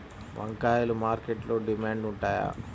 వంకాయలు మార్కెట్లో డిమాండ్ ఉంటాయా?